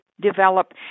develop